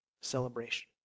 celebration